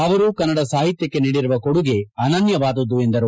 ಅವರು ಕನ್ನಡ ಸಾಹಿತ್ಯಕ್ಕೆ ನೀಡಿರುವ ಕೊಡುಗೆ ಅನನ್ಯವಾದುದು ಎಂದರು